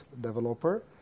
developer